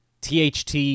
THT